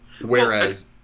Whereas